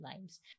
lives